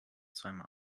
zweimal